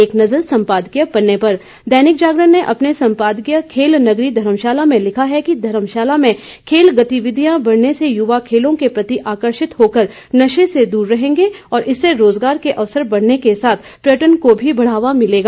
एक नज़र सम्पादकीय पन्ने पर दैनिक जागरण ने अपने संपादकीय खेल नगरी धर्मशाला में लिखा है कि धर्मशाला में खेल गतिविधियां बढ़ने से युवा खेलों के प्रति आकर्षित होकर नशे से दूर रहेंगे और इससे रोजगार के अवसर बढ़ने के साथ पर्यटन को भी बढ़ावा मिलेगा